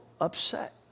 upset